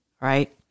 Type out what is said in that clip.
right